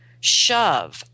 shove